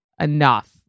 enough